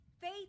faith